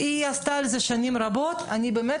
היא עסקה על זה שנים רבות ואני באמת